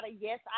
Yes